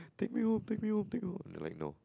take me home take me home take me home they were like no